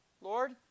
Lord